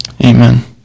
amen